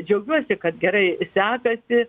džiaugiuosi kad gerai sekasi